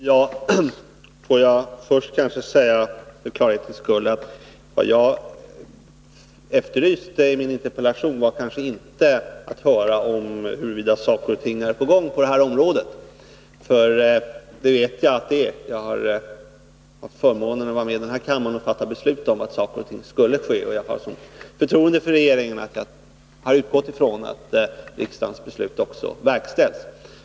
Herr talman! Får jag först för klarhetens skull säga att vad jag efterlyste i min interpellation kanske inte var upplysningar om huruvida saker och ting är på gång på det här området. eftersom jag vet att så är fallet. Jag har haft förmånen att få vara med i kammaren och fatta beslut i frågan. Vidare har jag ett sådant förtroende för regeringen att jag har utgått från att riksdagens beslut också verkställs.